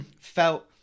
felt